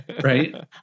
right